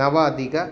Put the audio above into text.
नवाधिक